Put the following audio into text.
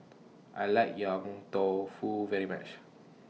I like Yong Tau Foo very much